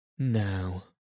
Now